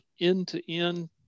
end-to-end